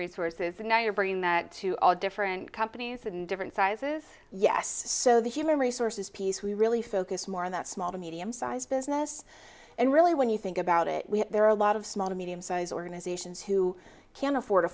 resources and now you're bringing that to all different companies and different sizes yes so the human resources piece we really focus more on that small to medium sized business and really when you think about it there are a lot of small to medium sized organizations who can afford a